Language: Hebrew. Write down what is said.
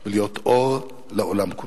להיות אור לעולם כולו.